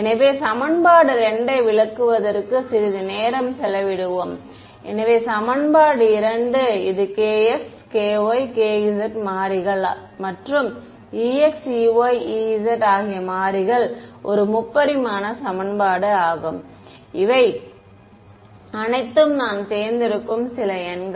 எனவே சமன்பாடு 2 ஐ விளக்குவதற்கு சிறிது நேரம் செலவிடுவோம் எனவே சமன்பாடு 2 இது kx ky kz மாறிகள் மற்றும் ex ey ez ஆகிய மாறிகள் ஒரு முப்பரிமாண சமன்பாடு ஆகும் இவை அனைத்தும் நான் தேர்ந்தெடுக்கும் சில எண்கள்